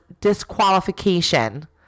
disqualification